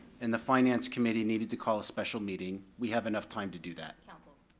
and the finance committee needed to call a special meeting, we have enough time to do that. council.